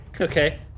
Okay